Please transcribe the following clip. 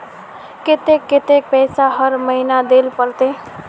केते कतेक पैसा हर महीना देल पड़ते?